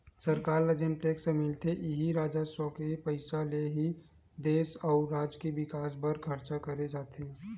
सरकार ल जेन टेक्स मिलथे इही राजस्व म के पइसा ले ही देस अउ राज के बिकास बर खरचा करे जाथे